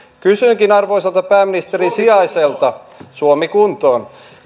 kysynkin arvoisalta pääministerin sijaiselta suomi kuntoon